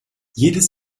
jedes